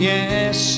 Yes